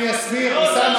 רגע, אני אסביר, אוסאמה.